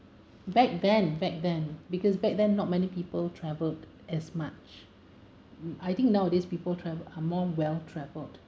back then back then because back then not many people travelled as much I think nowadays people travel are more well travelled